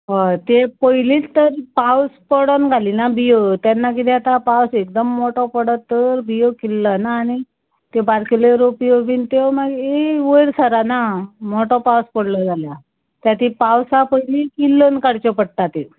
हय ते पयलीच तर पावस पडन घालिना बिंयो तेन्ना किदें आतां पावस एकदम मोठो पडत तर बियो किल्लना आनी त्यो बारकिल्यो रोपयो बी त्यो मागीर वयर सराना मोठो पावस पडलो जाल्यार त्याती पावसा पयली किल्लोन काडच्यो पडटा त्यो